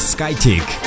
SkyTick